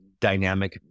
dynamic